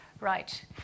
Right